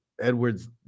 Edward's